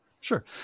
Sure